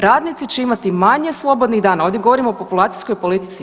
Radnici će imati manje slobodnih dana, ovdje govorimo o populacijskoj politici.